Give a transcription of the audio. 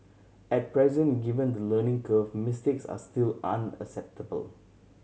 at present given the learning curve mistakes are still an acceptable